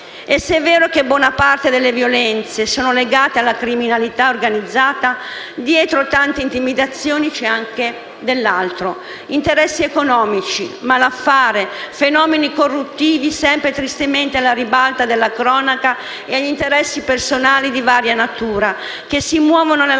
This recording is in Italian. E se è vero che buona parte delle violenze sono legate alla criminalità organizzata, dietro tante intimidazioni c'è anche altro: interessi economici, malaffare, fenomeni corruttivi sempre tristemente alla ribalta della cronaca e agli interessi personali di varia natura che si muovono nella